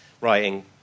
writing